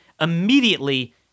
Immediately